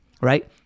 Right